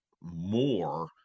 more